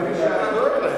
לסיום.